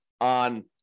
on